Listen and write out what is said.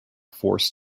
forced